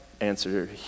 answer